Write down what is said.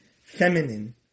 feminine